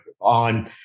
on